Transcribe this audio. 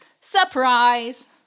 Surprise